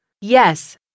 Yes